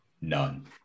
None